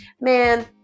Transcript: man